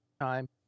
time